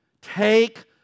take